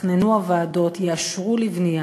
יתכננו הוועדות, יאשרו לבנייה,